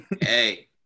Hey